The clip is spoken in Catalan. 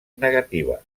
negativa